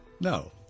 No